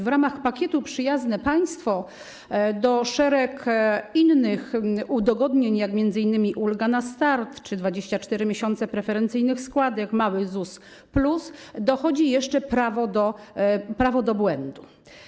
W ramach pakietu „Przyjazne państwo” do szeregu innych udogodnień, jak m.in. ulga na start czy 24 miesiące preferencyjnych składek, mały ZUS plus, dochodzi jeszcze prawo do błędu.